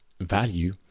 value